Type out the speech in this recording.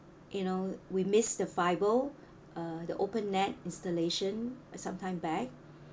you know we misses the fibre uh the open net installation some time back